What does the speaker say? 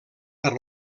per